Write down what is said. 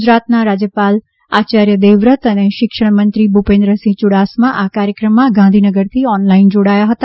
ગુજરાત ના રાજયપાલ આચાર્ય દેવ વ્રત અને શિક્ષણ મંત્રી ભૂપેન્દ્રસિંહ ચુડાસમા આ કાર્યક્રમ માં ગાંધીનગર થી ઓનલાઈન જોડાયા હતા